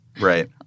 Right